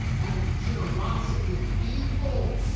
out of the generosity of people.